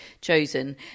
chosen